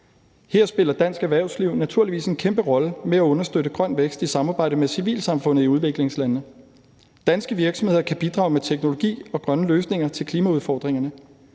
Her spiller dansk erhvervsliv naturligvis en kæmpe rolle med at understøtte grøn vækst i samarbejde med civilsamfundet i udviklingslandene. Danske virksomheder kan bidrage med teknologi og grønne løsninger til klimaudfordringerne.